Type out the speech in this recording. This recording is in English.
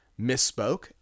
misspoke